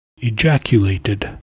Ejaculated